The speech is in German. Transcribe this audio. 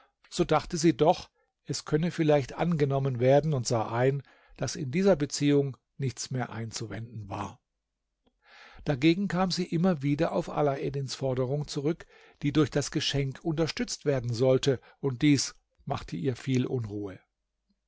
so dachte sie doch es könne vielleicht angenommen werden und sah ein daß in dieser beziehung nichts mehr einzuwenden war dagegen kam sie immer wieder auf alaeddins forderung zurück die durch das geschenk unterstützt werden sollte und dies machte ihr viel unruhe